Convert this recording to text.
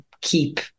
keep